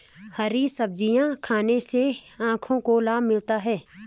हरी सब्जियाँ खाने से आँखों को लाभ मिलता है